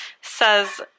says